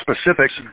specifics